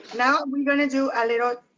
now we're gonna do a little